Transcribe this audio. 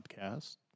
podcast